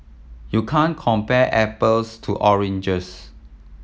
you can't compare apples to oranges